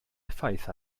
effaith